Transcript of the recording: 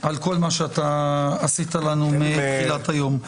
על כל מה שאתה עשית לנו מתחילת היום...